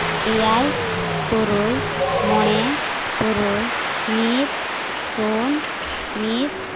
ᱮᱭᱟᱭ ᱛᱩᱨᱩᱭ ᱢᱚᱬᱮ ᱛᱩᱨᱩᱭ ᱢᱤᱫ ᱥᱩᱱ ᱢᱤᱫ